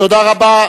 תודה רבה.